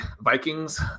Vikings